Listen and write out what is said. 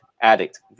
Addict